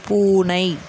பூனை